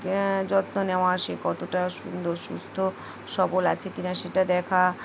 যত্ন নেওয়া সে কতটা সুন্দর সুস্থ সবল আছে কি না সেটা দেখা